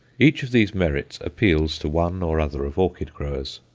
each of these merits appeals to one or other of orchid-growers.